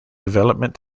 development